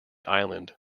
island